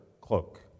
cloak